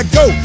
go